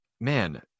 man